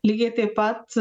lygiai taip pat